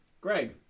Greg